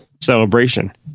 celebration